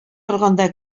торганда